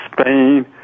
Spain